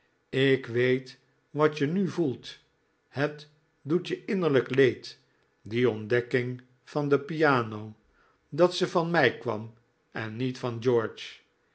ik weet wat je nu voelt het doet je innerlijk leed die ontdekking van de piano dat ze van mij kwam en niet van george